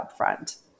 upfront